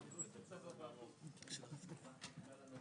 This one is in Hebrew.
תודה רבה.